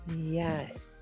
Yes